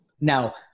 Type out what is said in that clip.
Now